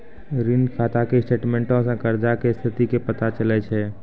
ऋण खाता के स्टेटमेंटो से कर्जा के स्थिति के पता चलै छै